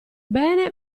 bene